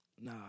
nah